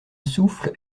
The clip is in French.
souffle